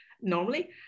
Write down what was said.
normally